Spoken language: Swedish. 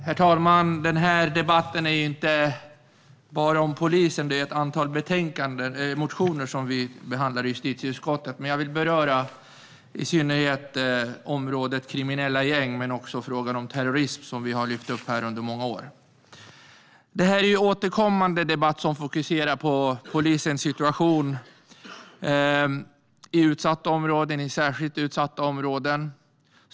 Herr talman! Den här debatten handlar inte bara om polisen. Det är ett antal motioner som vi behandlar i justitieutskottets betänkande. Jag vill beröra i synnerhet området kriminella gäng men också frågan om terrorism, som vi har lyft upp här under många år. Detta är en återkommande debatt som fokuserar på polisens situation i utsatta och särskilt utsatta områden.